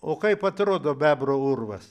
o kaip atrodo bebro urvas